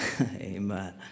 Amen